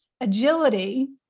agility